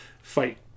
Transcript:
fight